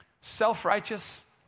self-righteous